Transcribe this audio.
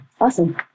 Awesome